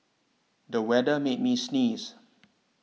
the weather made me sneeze